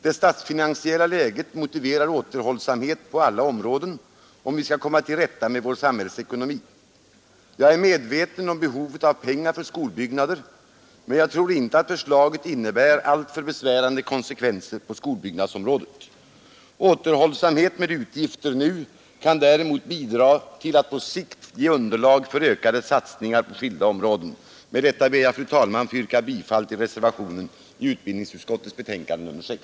Det statsfinansiella läget motiverar återhållsamhet på alla områden, om vi skall komma till rätta med vår samhällsekonomi. Jag är medveten om behovet av pengar till skolbyggnader men tror inte att förslaget innebär alltför besvärande konsekvenser på skolbyggnadsområdet. Återhållsamhet med utgifter nu kan däremot bidra till att på sikt ge underlag för ökade satsningar på skilda områden. Med detta ber jag, fru talman, att få yrka bifall till reservationen i utbildningsutskottets betänkande nr 6.